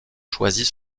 choisit